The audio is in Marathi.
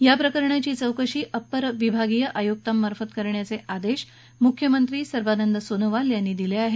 याप्रकरणाची चौकशी अप्पर विभागीय आयुक्तांमार्फत करण्याचे आदेश मुख्यमंत्री सर्वानंद सोनोवाल यांनी दिले आहेत